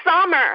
summer